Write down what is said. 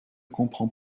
comprends